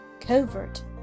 covert